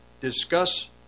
discuss